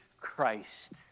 Christ